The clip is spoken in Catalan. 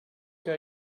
que